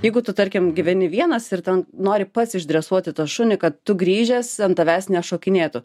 jeigu tu tarkim gyveni vienas ir ten nori pats išdresuoti tą šunį kad tu grįžęs ant tavęs nešokinėtų